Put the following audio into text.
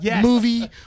movie